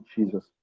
Jesus